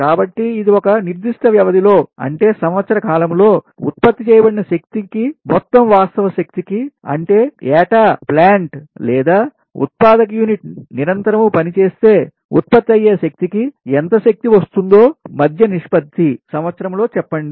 కాబట్టి ఇది ఒక నిర్దిష్ట వ్యవధి లో అంటే సంవత్సరము కాలములో ఉత్పత్తి చేయబడిన శక్తి కిమొత్తం వాస్తవ శక్తి కి అంటే ఏటా ప్లాంట్ లేదా ఉత్పాదక యూనిట్ నిరంతరం పనిచేస్తే ఉత్పత్తి అయ్యే శక్తికి ఎంత శక్తి వస్తుందో మధ్య నిష్పత్తిసంవత్సరము లో చెప్పండి